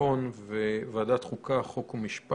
וביטחון וועדת חוקה, חוק ומשפט,